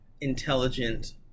intelligent